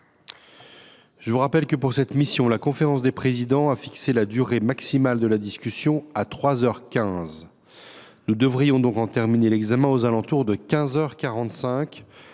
je vous rappelle que, pour cette mission, la conférence des présidents a fixé la durée maximale de la discussion à trois heures quinze. Nous devrions donc en terminer l’examen aux alentours de quinze